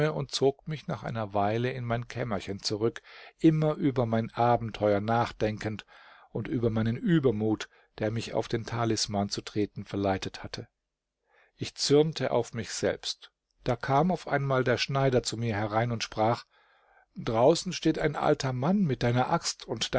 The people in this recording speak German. und zog mich nach einer weile in mein kämmerchen zurück immer über mein abenteuer nachdenkend und über meinen übermut der mich auf den talisman zu treten verleitet hatte ich zürnte auf mich selbst da kam auf einmal der schneider zu mir herein und sprach draußen steht ein alter mann mit deiner axt und